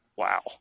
Wow